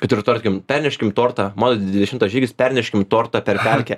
kad ir tarkim perneškim tortą dvidešimtas žygis perneškim tortą per pelkę